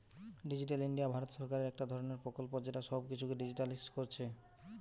digital India Bharat সরকারের একটা ধরণের প্রকল্প যেটা সব কিছুকে ডিজিটালিসড কোরছে